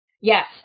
Yes